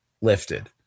lifted